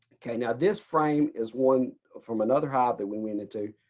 okay, now this frame is one from another hive that we went into,